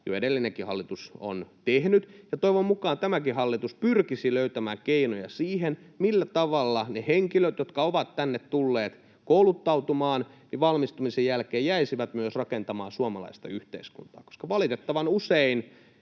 jo edellinenkin hallitus tehnyt, ja toivon mukaan tämäkin hallitus pyrkisi löytämään keinoja siihen, millä tavalla ne henkilöt, jotka ovat tänne tulleet kouluttautumaan, valmistumisen jälkeen jäisivät myös rakentamaan suomalaista yhteiskuntaa. Valitettavan usein